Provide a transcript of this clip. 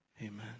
amen